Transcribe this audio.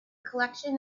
collection